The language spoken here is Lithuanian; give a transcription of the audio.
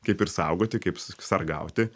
kaip ir saugoti kaip sargauti